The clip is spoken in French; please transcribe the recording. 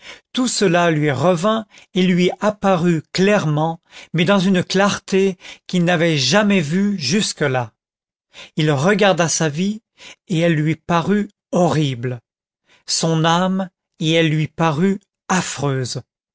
tout cela lui revint et lui apparut clairement mais dans une clarté qu'il n'avait jamais vue jusque-là il regarda sa vie et elle lui parut horrible son âme et elle lui parut affreuse